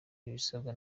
ibisabwa